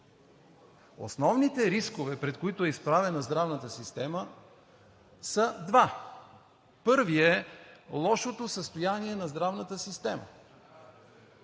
Основните рискове, пред които е изправена здравната система, са два. Първият е лошото състояние на здравната система.